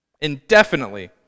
Indefinitely